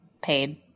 paid